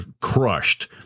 crushed